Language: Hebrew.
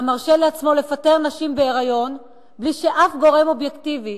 והוא מרשה לעצמו לפטר נשים בהיריון בלי שאף גורם אובייקטיבי,